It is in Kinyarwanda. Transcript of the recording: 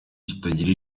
kitagira